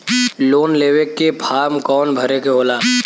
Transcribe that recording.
Loan लेवे के form कौन भरे के होला?